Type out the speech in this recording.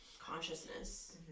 consciousness